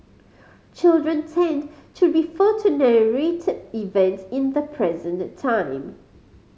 children tend to refer to narrated events in the present time